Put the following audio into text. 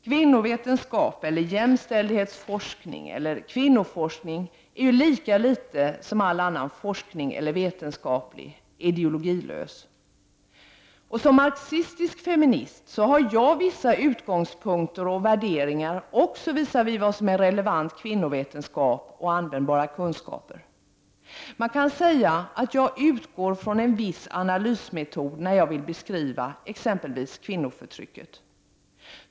Kvinnovetenskap eller jämställdhetsforskning eller kvinnoforskning är ju lika litet som annan forskning eller vetenskap ideologilös. Som marxistisk feminist har jag vissa utgångspunkter och värderingar också visavi vad som är relevant kvinnovetenskap och användbara kunskaper. Man kan säga att jag utgår från en viss analysmetod när jag vill beskriva exempelvis kvinnoförtrycket.